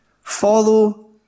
follow